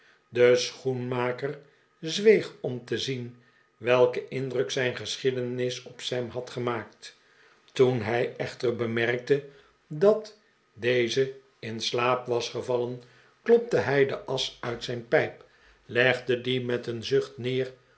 de schoenmaker zweeg om te zien welken indruk zijn geschiedenis op sam had gemaakt toen hij echter bemerkte dat deze in slaap was gevallen klopte hij de asch uit zijn pijp legde die met een zucht neer